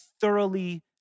thoroughly